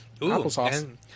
applesauce